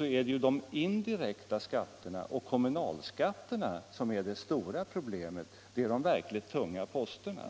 är ju de indirekta skatterna och kommunalskatterna det stora problemet och de verkligt betungande posterna.